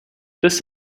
this